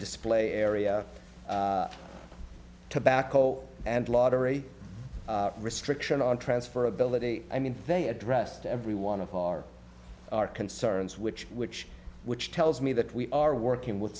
display area tobacco and lottery restriction on transferability i mean they addressed every one of our concerns which which which tells me that we are working with